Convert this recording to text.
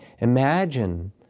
Imagine